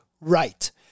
right